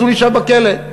אז הוא יישאר בכלא.